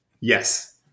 yes